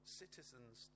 citizens